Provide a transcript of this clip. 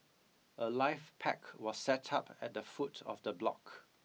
a life pack was set up at the foot of the block